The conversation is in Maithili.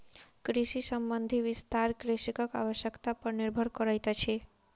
कृषि संबंधी विस्तार कृषकक आवश्यता पर निर्भर करैतअछि